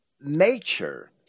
nature